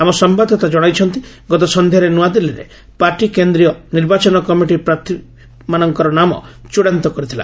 ଆମ ସମ୍ଭାଦଦାତା ଜଣାଇଛନ୍ତି ଗତ ସନ୍ଧ୍ୟାରେ ନୂଆଦିଲ୍ଲୀରେ ପାର୍ଟି କେନ୍ଦ୍ରୀୟ ନିର୍ବାଚନ କମିଟି ପ୍ରାର୍ଥୀମାନଙ୍କର ନାମ ଚଡ଼ାନ୍ତ କରିଥିଲା